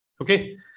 Okay